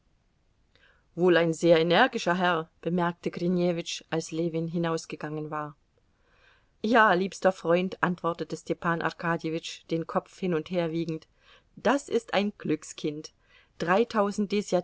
wohl ein sehr energischer herr bemerkte grinjewitsch als ljewin hinausgegangen war ja liebster freund antwortete stepan arkadjewitsch den kopf hin und her wiegend das ist ein glückskind dreitausend